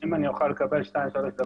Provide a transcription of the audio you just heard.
אם אני אוכל לקבל שתיים-שלוש דקות,